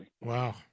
Wow